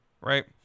right